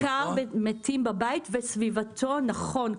הם בעיקר מתים בבית וסביבתו, נכון.